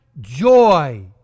joy